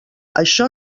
això